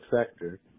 sector